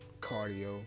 cardio